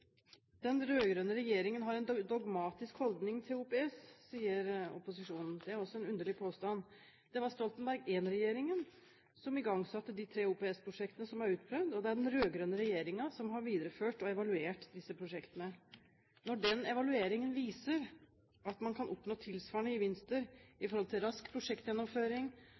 Den rød-grønne regjeringen har en dogmatisk holdning til OPS, sier opposisjonen. Det er også en underlig påstand. Det var Stoltenberg I-regjeringen som igangsatte de tre OPS-prosjektene som er utprøvd, og den rød-grønne regjeringen som har videreført og evaluert disse prosjektene. Når den evalueringen viser at man kan oppnå tilsvarende gevinster i forhold til rask prosjektgjennomføring